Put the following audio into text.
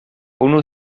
unu